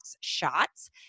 shots